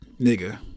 nigga